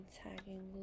tagging